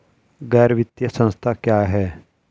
गैर वित्तीय संस्था क्या है?